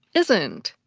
isn't.